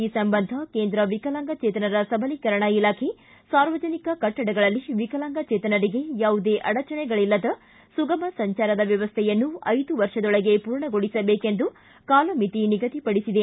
ಈ ಸಂಬಂಧ ಕೇಂದ್ರ ವಿಕಲಾಂಗಚೇತನರ ಸಬಲೀಕರಣ ಇಲಾಖೆ ಸಾರ್ವಜನಿಕ ಕಟ್ಟಡಗಳಲ್ಲಿ ವಿಕಲಾಂಗಚೇತರಿಗೆ ಯಾವುದೇ ಅಡಚಣೆಗಳಿಲ್ಲದ ಸುಗಮ ಸಂಚಾರದ ವ್ಯವಸ್ಥೆಯನ್ನು ಐದು ವರ್ಷದೊಳಗೆ ಪೂರ್ಣಗೊಳಿಸಬೇಕೆಂದು ಕಾಲಮಿತಿ ನಿಗದಿಪಡಿಸಿದೆ